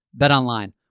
BetOnline